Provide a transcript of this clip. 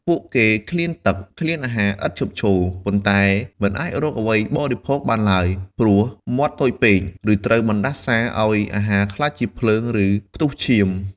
ពួកគេឃ្លានទឹកឃ្លានអាហារឥតឈប់ឈរ ប៉ុន្តែមិនអាចរកអ្វីបរិភោគបានឡើយ ព្រោះមាត់តូចពេក ឬត្រូវបណ្តាសាឲ្យអាហារក្លាយជាភ្លើង ឬខ្ទុះឈាម។